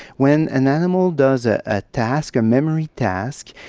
when an animal does a ah task, a memory task,